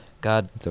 God